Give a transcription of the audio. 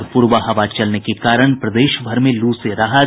और पूरबा हवा चलने के कारण प्रदेशभर में लू से राहत